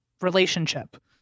relationship